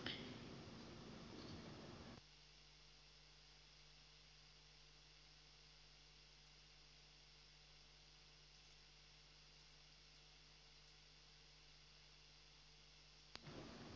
onnistuisiko nyt